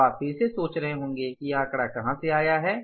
अब आप फिर सोच रहे हैंसे कि यह आंकड़ा कहां से आया है